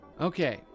Okay